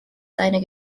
seine